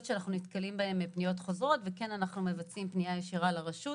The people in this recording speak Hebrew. שאנחנו נתקלים בפניות חוזרות ואנחנו מבצעים פניה ישירה לרשות